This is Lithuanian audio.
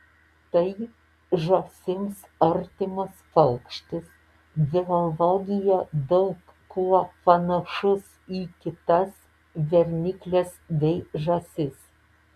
tai žąsims artimas paukštis biologija daug kuo panašus į kitas bernikles bei žąsis